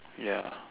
ya